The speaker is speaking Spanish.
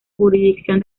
jurisdicción